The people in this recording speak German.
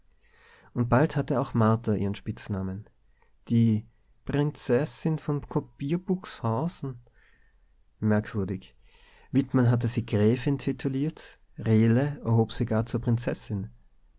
und bald hatte auch martha ihren spitznamen die prinzessin von kopierbuchshausen merkwürdig wittmann hatte sie gräfin tituliert rehle erhob sie gar zur prinzessin